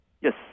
Yes